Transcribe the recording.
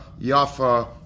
yafa